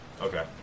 Okay